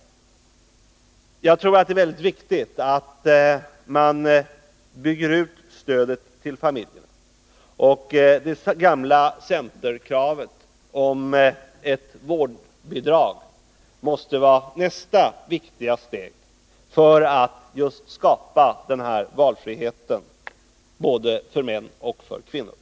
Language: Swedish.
Jag tror det är väldigt viktigt att man bygger ut stödet till familjerna, och ett förverkligande av det gamla centerkravet på ett vårdbidrag måste vara nästa viktiga steg just för att skapa den här valfriheten både för män och för kvinnor.